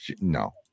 no